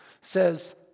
says